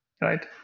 right